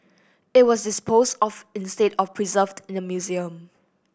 it was disposed of instead of preserved in the museum